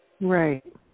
Right